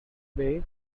bay